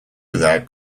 without